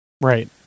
Right